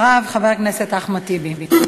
אחריו, חבר הכנסת אחמד טיבי.